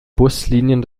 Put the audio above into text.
buslinien